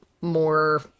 more